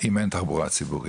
אם אין תחבורה ציבורית.